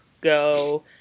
go